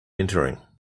entering